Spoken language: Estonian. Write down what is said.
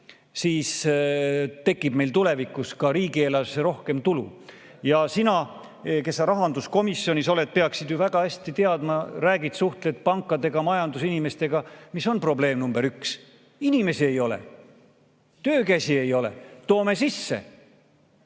siis tekib meil tulevikus ka riigieelarvesse rohkem tulu. Ja sina, kes sa rahanduskomisjonis oled, peaksid ju väga hästi teadma – räägid, suhtled pankadega, majandusinimestega –, mis on probleem number üks. Inimesi ei ole, töökäsi ei ole. Toome sisse.